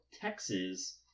Texas